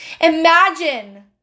imagine